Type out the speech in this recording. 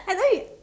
I know it